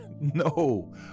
No